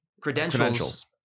credentials